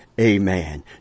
Amen